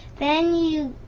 then you